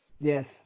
Yes